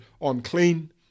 unclean